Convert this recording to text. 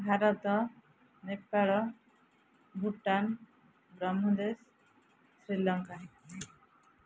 Bharat Nepal Bhutan Brahmadesh Sri Lanka